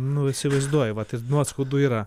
nu įsivaizduoji va tai nuoskaudų yra